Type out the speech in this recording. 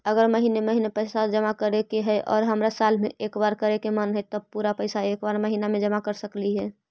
अगर महिने महिने पैसा जमा करे के है और हमरा साल में एक बार करे के मन हैं तब पुरा पैसा एक बार में महिना कर सकली हे?